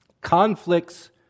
Conflicts